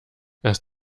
erst